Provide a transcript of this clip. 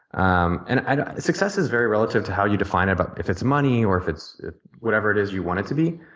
um and and success is very relative to how you define it, but if it's money or if it's whatever it is you want to be,